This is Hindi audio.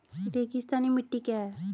रेगिस्तानी मिट्टी क्या है?